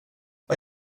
vad